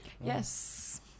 Yes